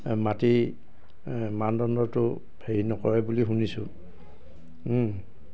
এই মাটি মানদণ্ডটো হেৰি নকৰে বুলি শুনিছোঁ